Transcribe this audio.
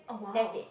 that's it